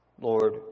Lord